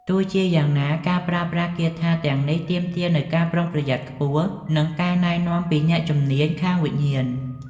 ទោះជាយ៉ាងណា ការប្រើប្រាស់គាថាទាំងនេះទាមទារនូវការប្រុងប្រយ័ត្នខ្ពស់ និងការណែនាំពីអ្នកជំនាញខាងវិញ្ញាណ។